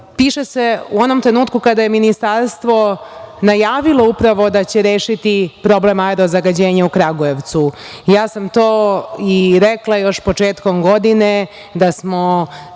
piše se u onom trenutku kada je ministarstvo najavilo da će rešiti problem aero-zagađenja u Kragujevcu. To sam i rekla još početkom godine, da imamo